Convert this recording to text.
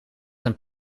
een